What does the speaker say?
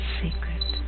secret